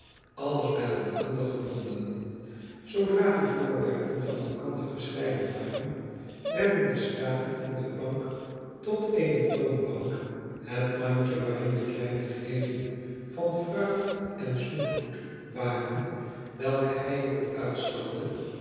alles bij elkander gebonden zoodra die voorwerpen van elkander gescheiden waren werden de schragen en de plank tot eene toonbank het mandje waarin de kleinigheden van fruit en snoepgoed waren welke hij er